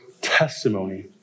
testimony